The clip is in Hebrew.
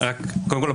קודם כול,